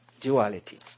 duality